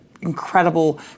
incredible